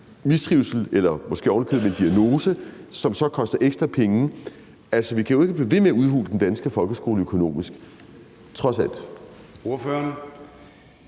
mistrivsel eller måske ovenikøbet får en diagnose, og som så koster ekstra penge. Altså, vi kan jo ikke blive ved med at udhule den danske folkeskole økonomisk, trods alt.